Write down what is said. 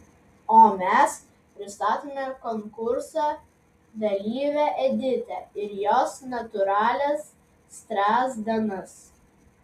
o mes pristatome konkurso dalyvę editą ir jos natūralias strazdanas